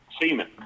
Semen